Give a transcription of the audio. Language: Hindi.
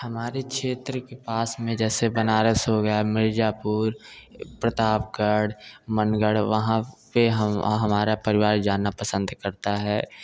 हमारे क्षेत्र के पास जैसे बनारस हो गया मिर्ज़ापुर प्रतापगढ़ मनगढ़ वहाँ पर हम हमारा परिवार जाना पसंद करता है